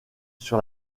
sur